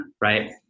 Right